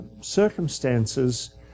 circumstances